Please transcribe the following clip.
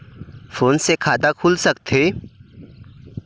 Phone से खाता खुल सकथे?